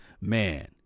man